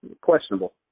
questionable